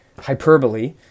hyperbole